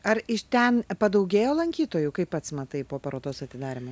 ar iš ten padaugėjo lankytojų kaip pats matai po parodos atidarymą